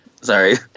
Sorry